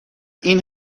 این